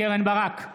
קרן ברק,